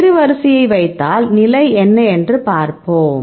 ஏறுவரிசையை வைத்தால் நிலை என்ன என்று பார்ப்போம்